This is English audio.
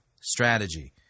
strategy